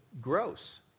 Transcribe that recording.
gross